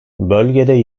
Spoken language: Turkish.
bölgede